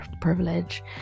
privilege